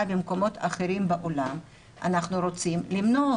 במקומות אחרים בעולם אנחנו רוצים למנוע אותו.